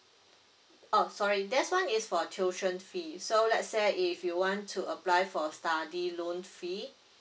oh sorry that one is for tuition fee so let's say if you want to apply for study loan free